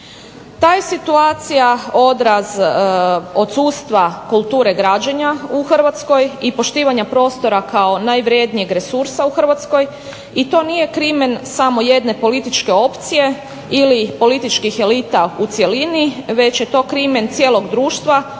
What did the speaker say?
Ta je situacija odraz odsustva kulture građenja u Hrvatskoj i poštivanja prostora kao najvrednijeg resursa u Hrvatskoj i to nije krimen samo jedne političke opcije ili političkih elita u cjelini već je to krimen cijelog društva